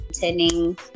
turning